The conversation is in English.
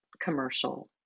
commercial